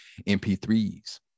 mp3s